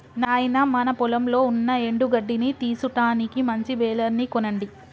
నాయినా మన పొలంలో ఉన్న ఎండు గడ్డిని తీసుటానికి మంచి బెలర్ ని కొనండి